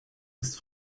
ist